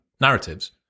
narratives